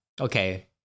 Okay